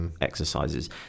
exercises